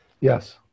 yes